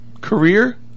Career